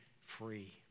free